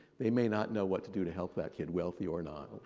they may not know what to do to help that kid, wealthy or not.